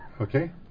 okay